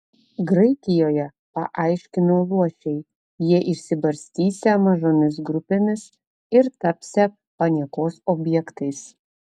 graikijoje paaiškino luošiai jie išsibarstysią mažomis grupėmis ir tapsią paniekos objektais